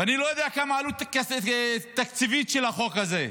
ואני לא יודע מה העלות התקציבית של החוק הזה,